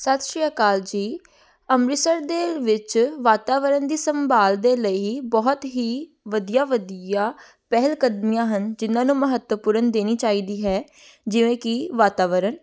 ਸਤਿ ਸ਼੍ਰੀ ਅਕਾਲ ਜੀ ਅੰਮ੍ਰਿਤਸਰ ਦੇ ਵਿੱਚ ਵਾਤਾਵਰਨ ਦੀ ਸੰਭਾਲ ਦੇ ਲਈ ਬਹੁਤ ਹੀ ਵਧੀਆ ਵਧੀਆ ਪਹਿਲ ਕਦਮੀਆਂ ਹਨ ਜਿਹਨਾਂ ਨੂੰ ਮਹੱਤਵਪੂਰਨ ਦੇਣੀ ਚਾਹੀਦੀ ਹੈ ਜਿਵੇਂ ਕਿ ਵਾਤਾਵਰਨ